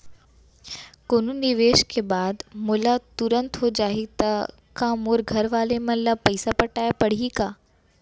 कोनो निवेश के बाद मोला तुरंत हो जाही ता का मोर घरवाले मन ला पइसा पटाय पड़ही का?